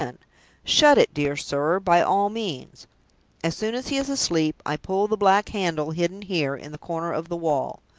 shut it, dear sir, by all means as soon as he is asleep, i pull the black handle hidden here, in the corner of the wall.